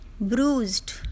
bruised